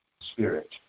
Spirit